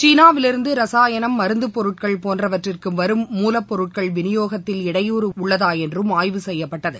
சீனாவிலிருந்துரசாயணம் மருந்தப்பொருட்கள் போன்றவற்றிற்குவரும் மூலப்பொருட்கள் வினியோகத்தில் இடையூறு உள்ளதாஎன்றும் ஆய்வு செய்யப்பட்டது